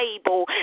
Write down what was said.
stable